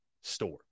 store